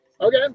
okay